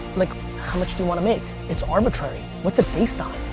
like how much do you want to make? it's arbitrary, what's it based on?